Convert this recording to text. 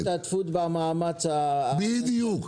השתתפות במאמץ המלחמתי --- בדיוק.